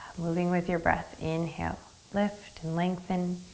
moving with your breath, inhale. lift and lengthen